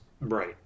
Right